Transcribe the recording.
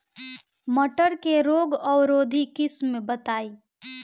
मटर के रोग अवरोधी किस्म बताई?